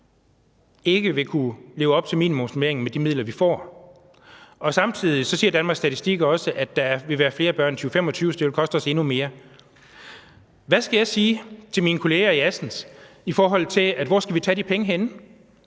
ikke vil kunne leve op til minimusnormeringen med de midler, vi får. Og samtidig siger Danmarks Statistik også, at der vil være flere børn i 2025, så det vil koste os endnu mere. Hvad skal jeg sige til mine kollegaer i Assens, i forhold til hvor vi skal tage de penge henne?